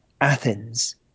Athens